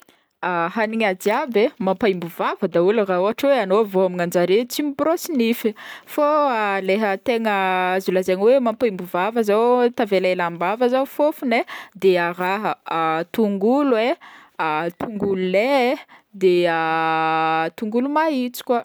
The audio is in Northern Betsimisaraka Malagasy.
Hagnina jiaby e mampaîmbo vava daholo raha ôhatra hoe agnao vao homagna anjareo tsy miborosy nify fô leha tegna azo lazaigny hoe mampaîmbo vava zao, tavela elaela am-bava zao fôfogny e de a raha a tongolo e, tongolo ley de tongolo maîntso koa.